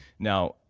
now,